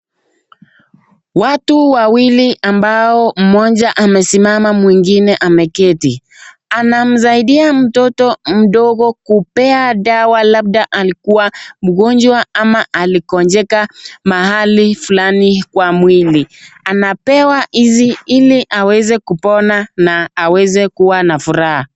Watu wawili ambao mmoja amesimama mwingine ameketi anamsaidia mtoto mdogo kupewa dawa labda alikuwa mgonjwa ama aligonjeka mahali fulani kwa mwili anapewa hizi ili aweze kupona na aweze kuwa na furaha.